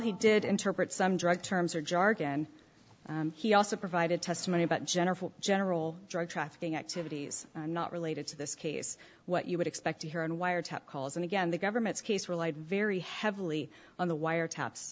he did interpret some drug terms or jargon he also provided testimony about general general drug trafficking activities not related to this case what you would expect to hear in wiretap calls and again the government's case relied very heavily on the wiretap